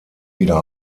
wieder